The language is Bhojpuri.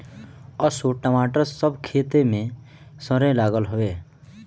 असो टमाटर सब खेते में सरे लागल हवे